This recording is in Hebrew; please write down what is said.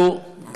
ולכן אני מעלה.